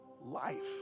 life